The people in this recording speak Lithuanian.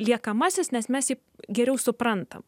liekamasis nes mes jį geriau suprantam